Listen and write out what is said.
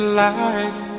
life